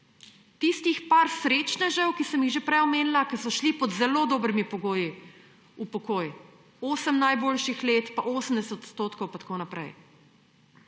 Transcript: Tistih nekaj srečnežev, ki sem jih že prej omenila, ki so šli pod zelo dobrimi pogoji v pokoj – osem najboljših let, 80 % pa tako naprej.